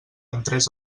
entrés